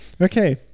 okay